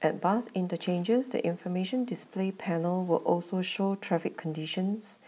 at bus interchanges the information display panel will also show traffic conditions